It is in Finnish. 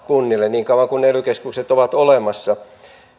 kunnille niin kauan kuin ely keskukset ovat olemassa